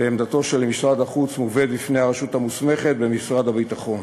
ועמדתו של משרד החוץ מובאת בפני הרשות המוסמכת במשרד הביטחון,